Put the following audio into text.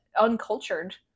uncultured